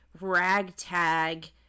ragtag